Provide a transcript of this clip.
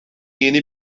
yeni